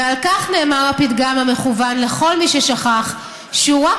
ועל כך נאמר הפתגם המכוון לכל מי ששכח שהוא רק